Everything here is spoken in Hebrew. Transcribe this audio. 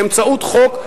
באמצעות חוק,